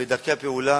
ואת דרכי הפעולה,